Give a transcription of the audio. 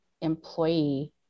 employee